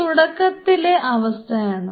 ഇത് തുടക്കത്തിലുള്ള അവസ്ഥയാണ്